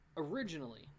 Originally